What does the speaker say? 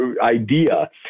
idea